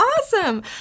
awesome